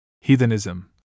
Heathenism